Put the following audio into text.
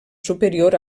superior